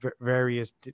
various